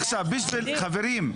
חברים,